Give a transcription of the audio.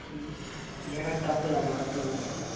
ம் எனக்கு கப்புதாம்மா கப்பில்தான் வேணும்